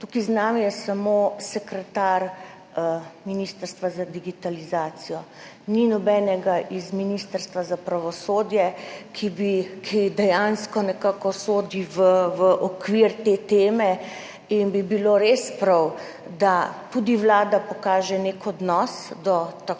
tukaj z nami je samo sekretar Ministrstva za digitalizacijo, ni nobenega iz Ministrstva za pravosodje, ki bi dejansko nekako sodi v okvir te teme in bi bilo res prav, da tudi Vlada pokaže nek odnos do tako